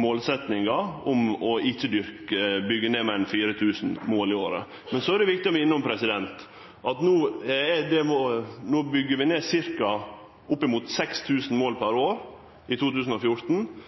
målsetjinga om ikkje å byggje ned meir enn 4 000 mål i året. Men så er det viktig å minne om at i 2014 bygde vi ned oppimot 6 000 mål per år, mens i